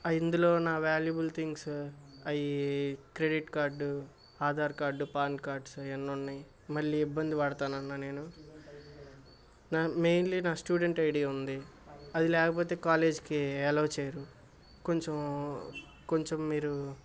ఇందులో నా valuable things అవి credit card Aadhaar card PAN cards అవన్ని ఉన్నయి మళ్ళీ ఇబ్బంది పడతానన్నా నేను మెయిన్లీ నా స్టూడెంట్ ఐడి ఉంది అది లేకపోతే కాలేజీకి అలవ్ చేయరు కొంచెం కొంచెం మీరు